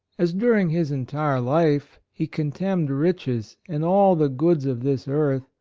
as during his entire life, he contemned riches and all the goods of this earth,